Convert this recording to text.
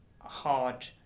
hard